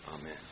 Amen